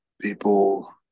people